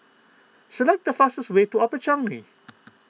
select the fastest way to Upper Changi